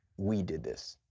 we did this.